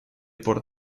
por